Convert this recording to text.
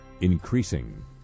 increasing